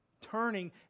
Turning